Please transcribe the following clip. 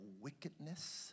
wickedness